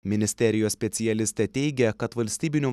ministerijos specialistė teigia kad valstybinių